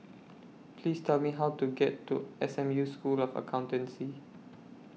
Please Tell Me How to get to S M U School of Accountancy